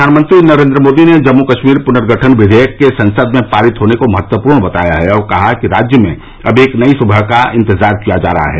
प्रधानमंत्री नरेन्द्र मोदी ने जम्मू कश्मीर पुनर्गठन विधेयक के संसद में पारित होने को महत्वपूर्ण बताया है और कहा कि राज्य में अब एक नई सुवह का इंतजार किया जा रहा है